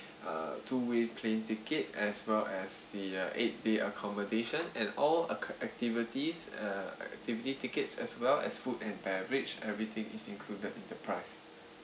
a two way plane ticket as well as the uh eight day accommodation and all ac~ activities uh activity tickets as well as food and beverage everything is included in the price